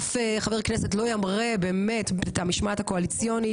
אף חבר כנסת לא ימרה באמת את המשמעת הקואליציונית,